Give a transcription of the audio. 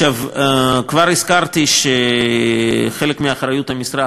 כבר הזכרתי שחלק מאחריות המשרד,